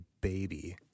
baby